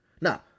Now